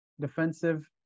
defensive